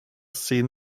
seen